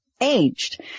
aged